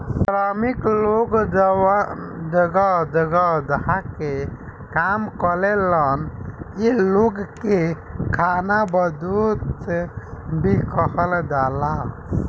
श्रमिक लोग जवन जगह जगह जा के काम करेलन ए लोग के खानाबदोस भी कहल जाला